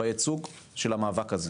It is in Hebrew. בייצוג של המאבק הזה,